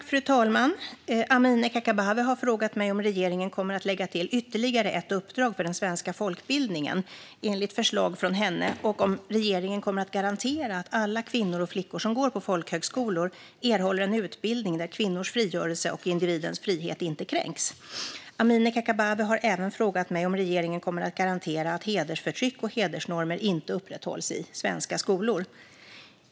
Fru talman! Amineh Kakabaveh har frågat mig om regeringen kommer att lägga till ytterligare ett uppdrag för den svenska folkbildningen enligt förslag från henne och om regeringen kommer att garantera att alla kvinnor och flickor som går på folkhögskolor erhåller en utbildning där kvinnors frigörelse och individens frihet inte kränks. Amineh Kakabaveh har även frågat mig om regeringen kommer att garantera att hedersförtryck och hedersnormer inte upprätthålls i svenska skolor.